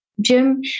Jim